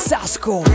Sasko